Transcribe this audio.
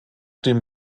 dem